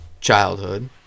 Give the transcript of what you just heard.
childhood